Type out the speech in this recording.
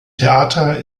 theater